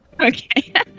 Okay